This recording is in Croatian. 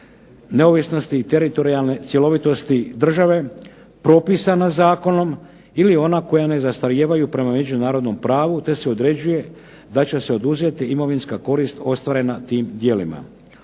neovisnosti i teritorijalne cjelovitosti države, propisana Zakonom ili ona koja ne zastarijevaju prema međunarodnom pravu te se određuje da će se oduzeti imovinska korist ostvarena tim djelima.